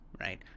right